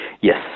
Yes